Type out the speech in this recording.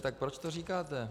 Tak proč to říkáte?